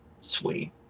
Sweet